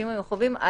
בשינויים המחויבים,